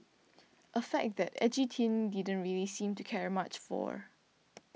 a fact that Edgy Teen didn't really seem to care much for